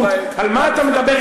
איזו תלות, על מה אתה מדבר?